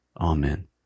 Amen